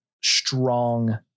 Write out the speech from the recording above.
strong